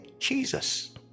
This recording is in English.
Jesus